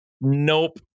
Nope